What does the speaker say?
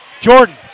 Jordan